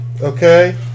Okay